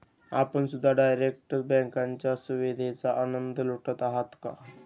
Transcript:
आपण सुद्धा डायरेक्ट बँकेच्या सुविधेचा आनंद लुटत आहात का?